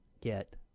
get